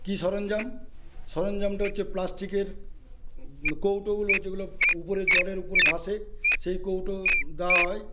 কি সরঞ্জাম সরঞ্জামটা হচ্ছে প্লাস্টিকের কৌটোগুলো যেগুলো উপরে জলের উপর ভাসে সেই কৌটো দেওয়া হয়